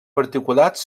particulars